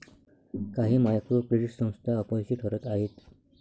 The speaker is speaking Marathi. काही मायक्रो क्रेडिट संस्था अपयशी ठरत आहेत